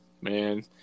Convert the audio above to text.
man